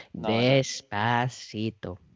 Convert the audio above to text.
despacito